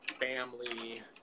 family